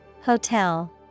Hotel